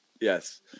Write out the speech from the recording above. Yes